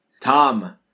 Tom